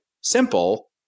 simple